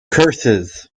curses